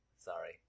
Sorry